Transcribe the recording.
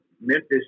Memphis